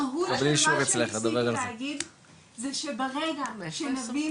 המהות של מה שניסיתי להגיד זה שברגע שנבין